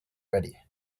ready